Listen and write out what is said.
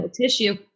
tissue